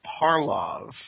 Parlov